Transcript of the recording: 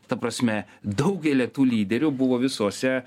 ta prasme daugelė tų lyderių buvo visuose